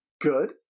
Good